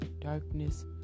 darkness